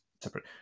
separate